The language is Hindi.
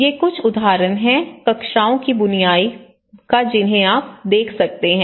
ये कुछ उदाहरण हैं कक्षाओं की बुनाई का जिन्हें आप देख सकते हैं